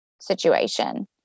situation